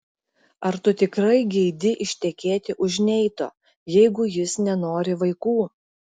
ar tu tikrai geidi ištekėti už neito jeigu jis nenori vaikų